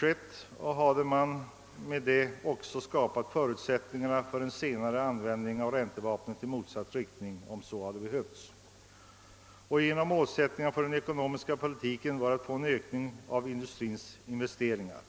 Därigenom skulle man också ha skapat förutsättningar för en senare användning av räntevapnet i motsatt riktning, om så hade behövts. Ett av målen för den ekonomiska politiken var att åstadkomma en ökning av industrins investeringar.